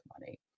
money